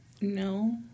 no